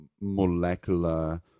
molecular